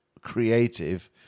creative